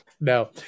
No